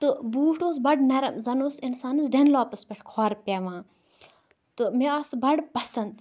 تہ بوٗٹھ اوس بَڈٕ نرم زَن اوس انسانس ڈنلوپَس پیٹھ کھور پٮ۪وان تہ مےٚ آو سُہ بَڈٕ پسند